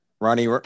Ronnie